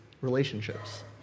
relationships